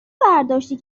برداشتی